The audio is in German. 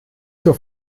zur